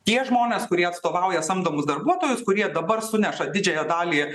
tie žmonės kurie atstovauja samdomus darbuotojus kurie dabar suneša didžiąją dalį